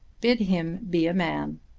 bid him be a man.